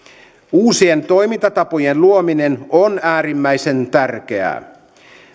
uusien toimintatapojen luominen on äärimmäisen tärkeää